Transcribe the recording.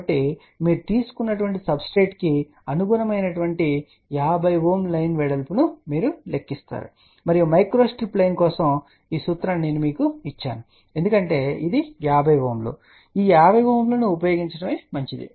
కాబట్టి మీరు తీసుకున్న సబ్స్ట్రేట్కు అనుగుణమైన 50 Ω లైన్ వెడల్పును మీరు లెక్కిస్తారు మరియు మైక్రో స్ట్రిప్ లైన్ కోసం సూత్రాన్ని నేను మీకు ఇచ్చాను ఎందుకంటే ఇది 50Ω ఈ 50Ω ను ఉపయోగించడం మంచిది